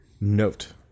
note